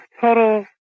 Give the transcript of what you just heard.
total